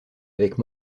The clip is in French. avec